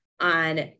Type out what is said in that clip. on